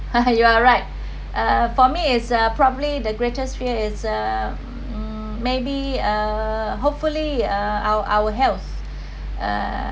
you are right uh for me is uh probably the greatest fear is uh maybe uh hopefully uh our our health uh